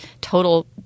total